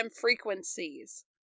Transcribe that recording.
frequencies